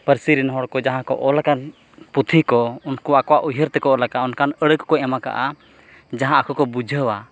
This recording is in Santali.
ᱯᱟᱹᱨᱥᱤᱨᱮᱱ ᱦᱚᱲᱠᱚ ᱡᱟᱦᱟᱸᱠᱚ ᱚᱞ ᱟᱠᱟᱫ ᱯᱩᱛᱷᱤᱠᱚ ᱩᱱᱠᱚ ᱟᱠᱚᱣᱟᱜ ᱩᱭᱦᱟᱹᱨ ᱛᱮᱠᱚ ᱚᱞ ᱟᱠᱟᱫ ᱚᱱᱠᱟᱱ ᱟᱹᱲᱟᱹ ᱠᱚᱠᱚ ᱮᱢ ᱟᱠᱟᱫᱼᱟ ᱡᱟᱦᱟᱸ ᱟᱠᱚ ᱠᱚ ᱵᱩᱡᱷᱟᱹᱣᱟ